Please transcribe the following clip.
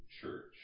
church